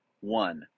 one